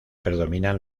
predominan